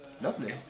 lovely